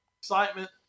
Excitement